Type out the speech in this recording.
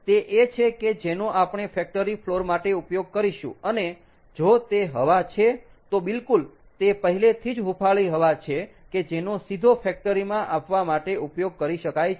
તે એ છે કે જેનો આપણે ફેક્ટરી ફ્લોર માટે ઉપયોગ કરીશું અને જો તે હવા છે તો બિલકુલ તે પહેલેથી જ હુફાળી હવા છે કે જેનો સીધો ફેક્ટરી માં આપવા માટે ઉપયોગ કરી શકાય છે